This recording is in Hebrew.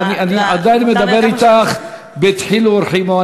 אני עדיין מדבר אתך בדחילו ורחימו.